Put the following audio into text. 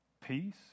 peace